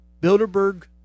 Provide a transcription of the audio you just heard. Bilderberg